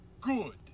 Good